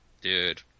Dude